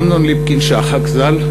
אמנון ליפקין-שחק ז"ל,